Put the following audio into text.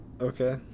okay